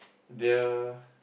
the